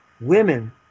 women